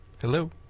Hello